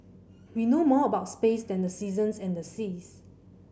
we know more about space than the seasons and the seas